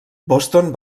boston